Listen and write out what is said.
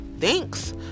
Thanks